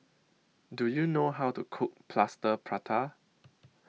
Do YOU know How to Cook Plaster Prata